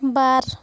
ᱵᱟᱨ